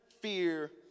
fear